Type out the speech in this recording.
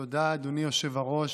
תודה, אדוני יושב-הראש.